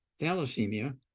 Thalassemia